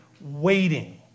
waiting